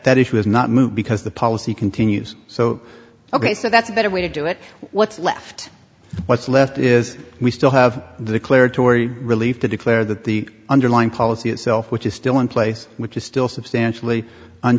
that issue is not moot because the policy continues so ok so that's a better way to do it what's left what's left is we still have the declaratory relief to declare that the underlying policy itself which is still in place which is still substantially